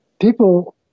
people